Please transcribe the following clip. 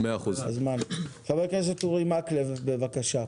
חבר הכנסת אורי מקלב, בבקשה.